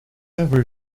ever